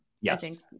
Yes